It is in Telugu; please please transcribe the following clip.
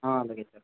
అలాగే సార్